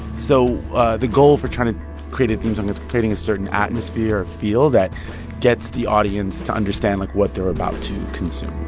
so the goal for trying to create a theme song is creating a certain atmosphere or feel that gets the audience to understand, like, what they're about to consume